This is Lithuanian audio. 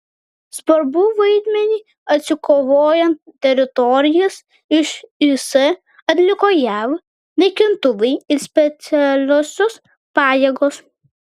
svarbų vaidmenį atsikovojant teritorijas iš is atliko jav naikintuvai ir specialiosios pajėgos